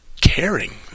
caring